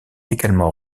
également